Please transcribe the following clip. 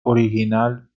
original